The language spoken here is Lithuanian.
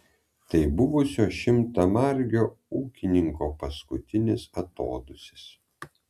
tai buvusio šimtamargio ūkininko paskutinis atodūsis